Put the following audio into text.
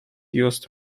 used